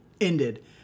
ended